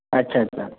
अच्छा अच्छा